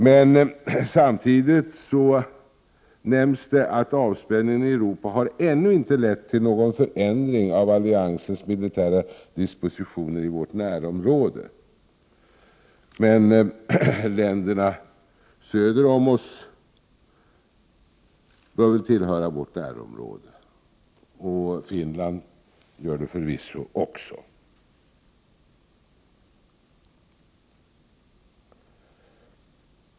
Men samtidigt nämns det att avspänningen i Europa ännu inte harlett till någon förändring av alliansernas militära dispositioner i vårt närområde. Men länderna söder om oss bör väl tillhöra vårt närområde, och Finland gör det förvisso också.